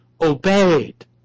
obeyed